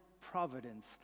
providence